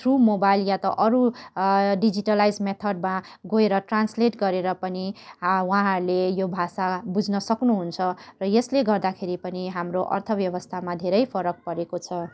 through mobile या त अरू डिजिटलाइज्ड मेथडमा गएर ट्रान्सलेट गरेर पनि उहाँहरूले यो भाषा बुझ्न सक्नु हुन्छ र यसले गर्दाखेरि पनि हाम्रो अर्थ व्यवस्थामा पनि धेरै फरक परेको छ